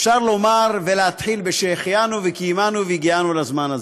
אפשר לומר ולהתחיל בשהחיינו וקיימנו והגיענו לזמן הזה.